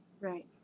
Right